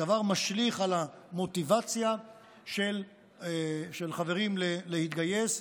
הדבר משליך על המוטיבציה של חברים להתגייס.